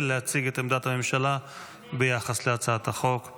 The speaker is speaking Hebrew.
להציג את עמדת הממשלה ביחס להצעת החוק,